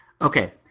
Okay